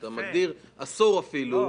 אתה מגדיר עשור אפילו.